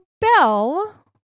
Bell